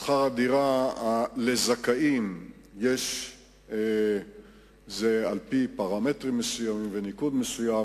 שכר-הדירה לזכאים נקבע על-פי פרמטרים מסוימים וניקוד מסוים,